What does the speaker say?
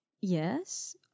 Yes